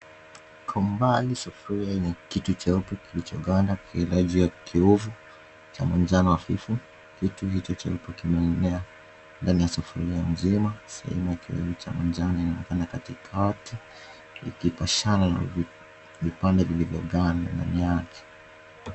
Iko mbali sufuria yenye kitu cheupe kilichoganda vilivyokiovu cha manjano hafifu. Kitu hicho cheupe kimeenea ndani ya sufuria mzima. Sehemu ya kiwevu cha manjano inafanya katikati ikipashana na vipande vilivyganda ndani yake.